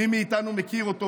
מי מאיתנו מכיר אותו?